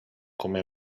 come